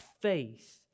faith